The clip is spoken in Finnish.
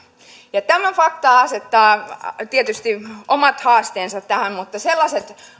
tämä fakta asettaa tietysti omat haasteensa tähän mutta sellainen